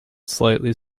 slightly